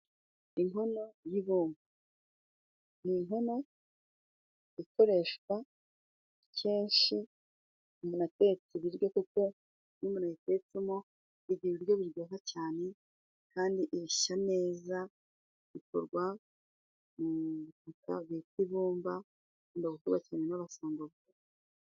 Inkono y'ibumba ni inkono ikoreshwa kenshi umuntu atetse ibiryo kuko iyo umuntu ayitetsemo igira ibiryo biryoha cyane kandi bishya neza. Ikorwa mu bitaka bita ibumba, ikunda gukorwa cyane n'abasangwabutaka.